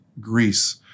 Greece